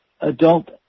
adult